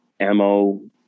MO